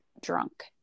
drunk